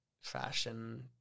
fashion